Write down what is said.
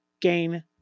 gain